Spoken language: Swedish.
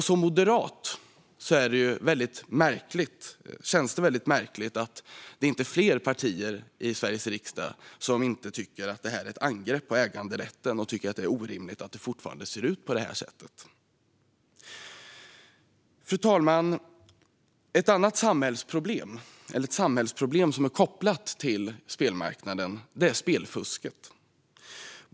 För mig som moderat känns det väldigt märkligt att det inte är fler partier i Sveriges riksdag som tycker att det här är ett angrepp på äganderätten och att det är orimligt att det fortfarande ser ut på det här sättet. Fru talman! Ett samhällsproblem som är kopplat till spelmarknaden är spelfusket.